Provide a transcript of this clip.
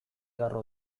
garro